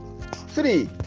three